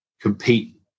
compete